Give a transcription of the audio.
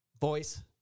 voice